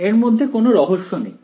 এর মধ্যে কোনও রহস্য নেই